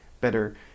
better